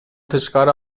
тышкары